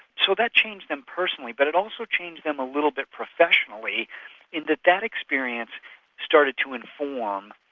so that changed them personally, but it also changed them a little bit professionally in that that experience started to inform,